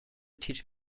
teach